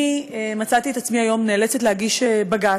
אני מצאתי את עצמי היום נאלצת להגיש בג"ץ,